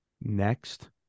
Next